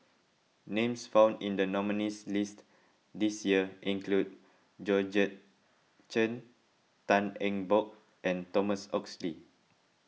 names found in the nominees' list this year include Georgette Chen Tan Eng Bock and Thomas Oxley